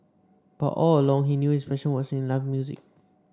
but all along he knew his passion was in live music